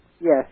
Yes